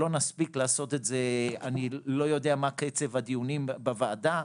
אני לא יודע מה קצב הדיונים בוועדה,